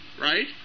right